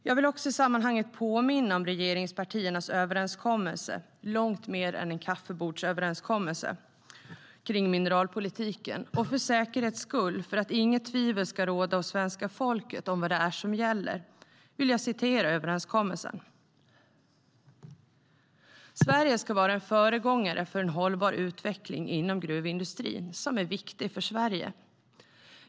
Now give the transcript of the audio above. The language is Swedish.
Jag vill i sammanhanget påminna om regeringspartiernas överenskommelse, långt mer än en kaffebordsöverenskommelse, om mineralpolitiken. Och för att inget tvivel ska råda hos svenska folket om vad som gäller vill jag citera överenskommelsen: "Sverige ska vara en föregångare för en hållbar utveckling inom gruvindustrin, som är viktig för Sverige.